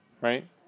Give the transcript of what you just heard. right